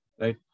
right